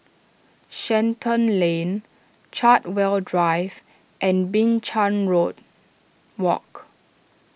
Shenton Lane Chartwell Drive and Binchang Road Walk